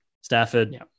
Stafford